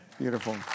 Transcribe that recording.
Beautiful